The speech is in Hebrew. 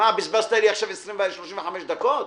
מה, בזבזת לי עכשיו 35 דקות?